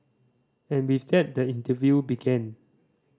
and with that the interview began